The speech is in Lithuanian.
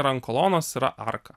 ir ant kolonos yra arka